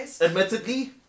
Admittedly